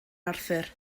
arthur